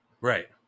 Right